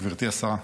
גברתי השרה,